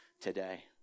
today